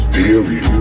daily